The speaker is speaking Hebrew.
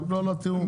רק לא על התיאום.